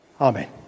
Amen